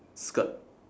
skirt